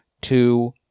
two